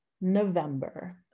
November